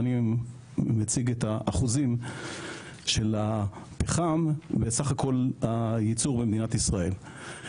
אני מציג את האחוזים של הפחם בסך כל היצור במדינת ישראל.